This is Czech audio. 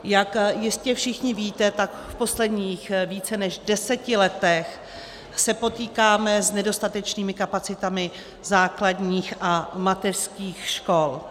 Jak jistě všichni víte, v posledních více než deseti letech se potýkáme s nedostatečnými kapacitami základních a mateřských škol.